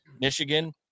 Michigan